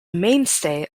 mainstay